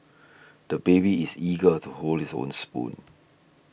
the baby is eager to hold his own spoon